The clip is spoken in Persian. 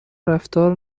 رفتار